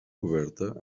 coberta